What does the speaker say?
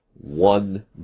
one